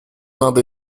надо